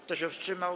Kto się wstrzymał?